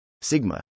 sigma